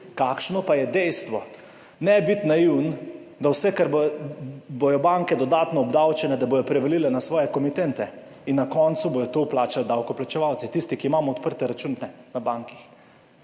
Kakšno pa je dejstvo? Ne biti naivni. Vse, kar bodo banke dodatno obdavčene, bodo prevalile na svoje komitente in na koncu bodo to plačali davkoplačevalci, tisti, ki imamo odprte račune na bankah.